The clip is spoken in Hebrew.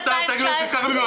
גם תקציב 2019